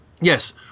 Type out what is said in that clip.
yes